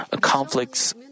conflicts